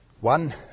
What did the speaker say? One